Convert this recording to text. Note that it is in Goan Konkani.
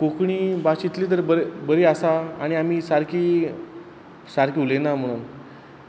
कोंकणी भाश इतले तर बरे बरी आनी आमी सारकी सारकी उलयना म्हुणून